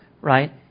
right